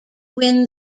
win